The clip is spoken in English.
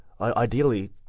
Ideally